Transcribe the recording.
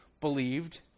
believed